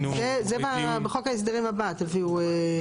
זה בחוק ההסדרים הבא תביאו.